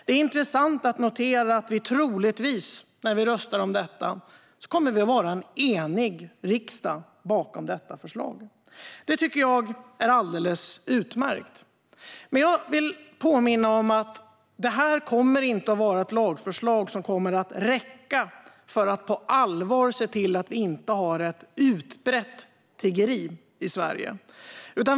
Det är intressant att notera att vi troligtvis, när vi röstar om detta, kommer att vara en enig riksdag bakom detta förslag. Det tycker jag är alldeles utmärkt, men jag vill påminna om att detta lagförslag inte kommer att räcka för att på allvar se till att vi inte har ett utbrett tiggeri i Sverige.